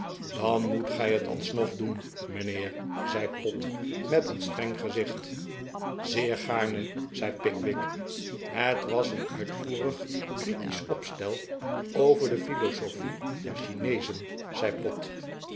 dan moet gij het alsnog doen mijnheer zei pott met een streng gezicht zeer gaarne zei pickwick het was een uitvoerig critisch opstel over de philosophie der chineezen zei pott